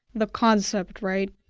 the concept, right?